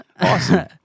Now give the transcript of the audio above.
Awesome